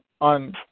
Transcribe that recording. on